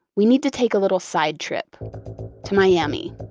we need to take a little side trip to miami